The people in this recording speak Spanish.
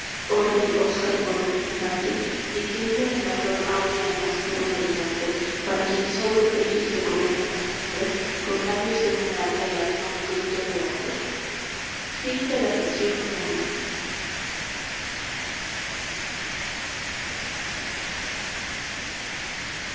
rey oscar por un instante y tiemble en la flor áurea el más puro brillante para quien sobre brillos de corona y de nombre con labios de monarca lanza un grito de hombre